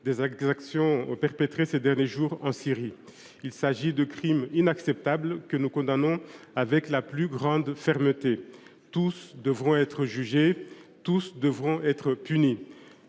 des exactions perpétrées ces derniers jours en Syrie. Il s’agit de crimes inacceptables que nous condamnons avec la plus grande fermeté. Tous leurs auteurs devront être jugés